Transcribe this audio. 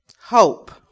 Hope